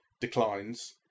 declines